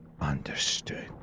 Understood